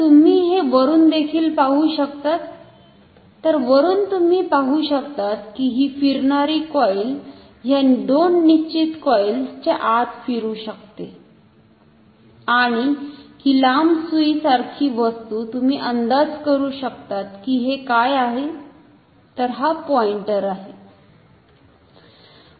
तर तुम्ही हे वरून देखील पाहू शकतात तर वरून तुम्ही पाहू शकतात की ही फिरणारी कॉईल ह्या दोन निश्चित कॉइल्स च्या आत फिरू शकते आणि ही लांब सुईसारखी वस्तु तुम्ही अंदाज करू शकतात की हे काय आहे तर हा पॉईंटर आहे